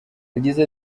yagize